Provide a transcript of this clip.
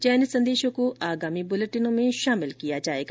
चयनित संदेशों को आगामी बुलेटिनों में शामिल किया जाएगा